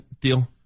deal